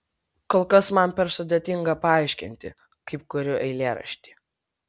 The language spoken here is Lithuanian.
kol kas man per sudėtinga paaiškinti kaip kuriu eilėraštį